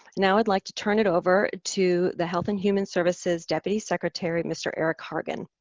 now i'd like to turn it over to the health and human services deputy secretary, mr. eric hargan.